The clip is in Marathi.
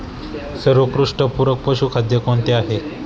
सर्वोत्कृष्ट पूरक पशुखाद्य कोणते आहे?